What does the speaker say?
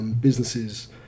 businesses